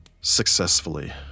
successfully